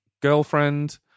girlfriend